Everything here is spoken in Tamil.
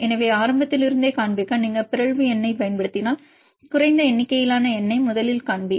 எனவே ஆரம்பத்தில் இருந்தே காண்பிக்க நீங்கள் பிறழ்வு எண்ணைப் பயன்படுத்தினால் குறைந்த எண்ணிக்கையிலான எண்ணை முதலில் காண்பி